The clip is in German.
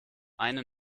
eine